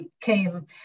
came